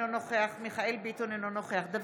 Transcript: אינו נוכח מיכאל מרדכי ביטון,